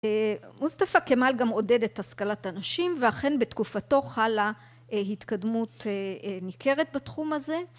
מוסטפא כמאל גם עודד את השכלת הנשים ואכן בתקופתו חלה התקדמות ניכרת בתחום הזה